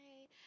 hey